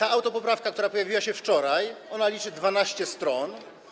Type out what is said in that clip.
Autopoprawka, która pojawiła się wczoraj, liczy 12 stron.